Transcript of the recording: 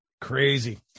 Crazy